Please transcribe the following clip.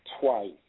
twice